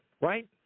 Right